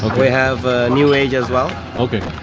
we have new age as well. okay,